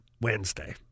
Wednesday